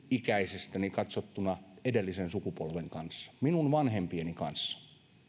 ikäisestäni katsottuna edellisen sukupolven kanssa minun vanhempieni kanssa